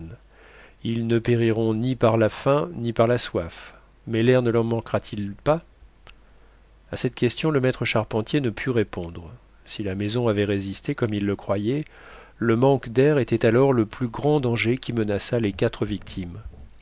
ils ne périront ni par la faim ni par la soif mais l'air ne leur manquera-t-il pas à cette question le maître charpentier ne put répondre si la maison avait résisté comme il le croyait le manque d'air était alors le plus grand danger qui menaçât les quatre victimes